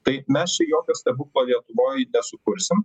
tai mes čia jokio stebuklo lietuvoj nesukursim